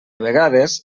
vegades